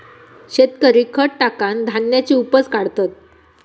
शेतकरी खत टाकान धान्याची उपज काढतत